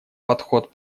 подход